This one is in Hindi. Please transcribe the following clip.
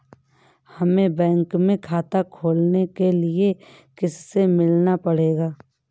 हमे बैंक में खाता खोलने के लिए किससे मिलना पड़ेगा?